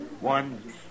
One